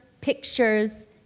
pictures